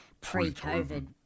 pre-COVID